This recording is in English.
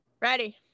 Ready